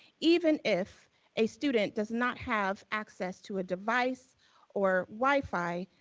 even if a student does not have access to a device or wi-fi,